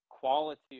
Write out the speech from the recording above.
quality